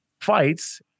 fights